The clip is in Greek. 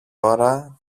ώρα